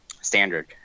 standard